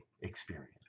experience